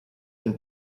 wenn